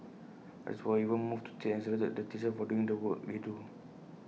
others were even moved to tears and saluted the teachers for doing the work they do